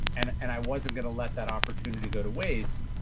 and and i wasn't going to let that opportunity go to waste.